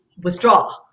withdraw